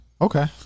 Okay